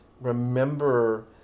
remember